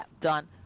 done